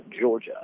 Georgia